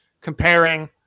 comparing